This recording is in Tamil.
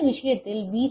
இந்த விஷயத்தில் பி